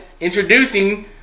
introducing